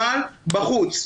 אבל בחוץ.